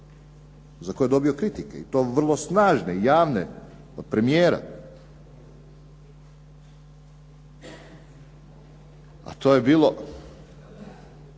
za koje je dobio kritike i to vrlo snažne i javne od premijera. A to je bilo